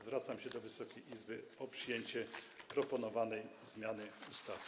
Zwracam się do Wysokiej Izby o przyjęcie proponowanej zmiany ustawy.